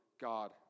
God